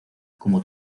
como